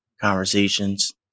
conversations